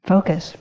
Focus